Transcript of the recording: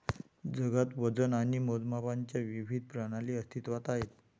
जगात वजन आणि मोजमापांच्या विविध प्रणाली अस्तित्त्वात आहेत